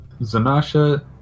Zanasha